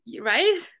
right